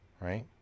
right